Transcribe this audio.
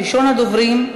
ראשון הדוברים,